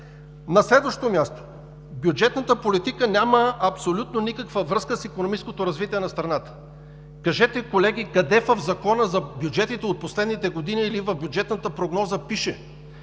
На следващо място, бюджетната политика няма абсолютно никаква връзка с икономическото развитие на страната. Кажете, колеги, къде в Закона за бюджетите от последните години или в бюджетната прогноза пише,